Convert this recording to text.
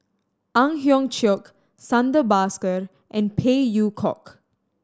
Ang Hiong Chiok Santha Bhaskar and Phey Yew Kok